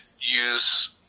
use